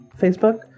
Facebook